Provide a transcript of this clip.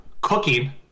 Cooking